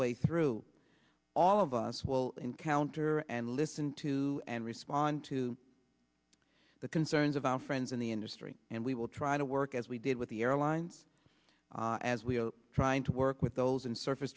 way through all of us will encounter and listen to and respond to the concerns of our friends in the industry and we will try to work as we did with the airlines as we're trying to work with those in surface